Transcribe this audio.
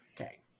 Okay